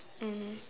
mm